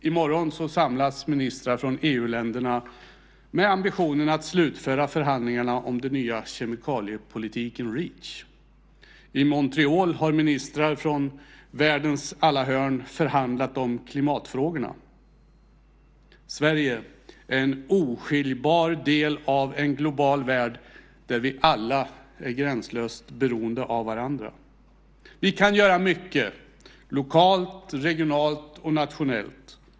I morgon samlas ministrar från EU-länderna med ambitionen att slutföra förhandlingarna om den nya kemikaliepolitiken Reach. I Montreal har ministrar från världens alla hörn förhandlat om klimatfrågorna. Sverige är en oskiljbar del av en global värld där vi alla är gränslöst beroende av varandra. Vi kan göra mycket lokalt, regionalt och nationellt.